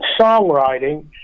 songwriting